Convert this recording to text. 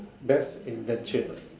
best invention ah